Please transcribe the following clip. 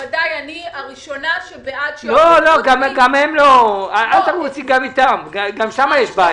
שאני הראשונה שבעד- - גם שם יש בעיות.